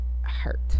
hurt